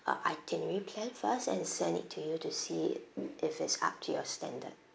uh itinerary plan first and send it to you to see it if it's up to your standard